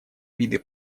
виды